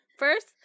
First